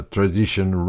Tradition